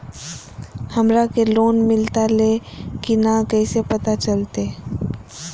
हमरा के लोन मिलता ले की न कैसे पता चलते?